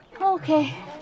Okay